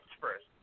first